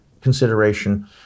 consideration